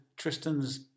Tristans